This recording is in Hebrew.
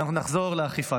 ואנחנו נחזור לאכיפה.